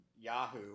Yahoo